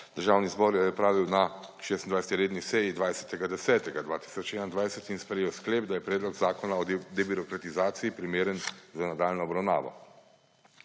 Državni zbor jo je opravil na 26. redni seji 20. 10. 2021 in sprejel sklep, da je Predlog zakona o debirokratizaciji primeren za nadaljnjo obravnavo.